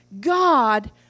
God